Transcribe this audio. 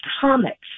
comics